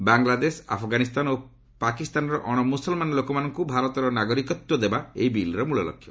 ବାଂଲାଦେଶ ଆଫଗାନିସ୍ଥାନ ଓ ପାକିସ୍ତାନର ଅଣ ମୁସଲମାନ ଲୋକମାନଙ୍କୁ ଭାରତର ନାଗରିକତ୍ୱ ଦେବା ଏହି ବିଲ୍ର ମୁଳଲକ୍ଷ୍ୟ